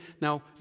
Now